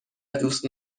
دوست